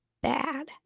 bad